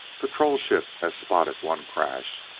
patrol ship has spotted one crash.